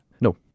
No